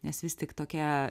nes vis tik tokia